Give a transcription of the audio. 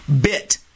bit